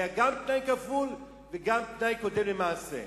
היה גם תנאי כפול וגם תנאי קודם למעשה.